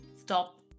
stop